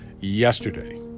yesterday